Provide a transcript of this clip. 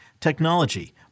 technology